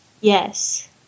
Yes